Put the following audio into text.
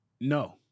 No